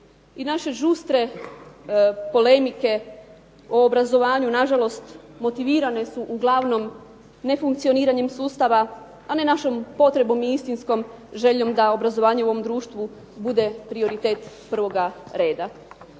I naše žustre polemike o obrazovanju nažalost motivirane su uglavnom nefunkcioniranjem sustava, a ne našom potrebom i istinskom željom da obrazovanje u ovom društvu bude prioritet prvoga reda.